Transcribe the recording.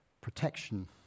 protection